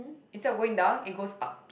instead of going down it goes up